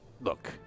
look